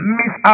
miss